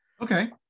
okay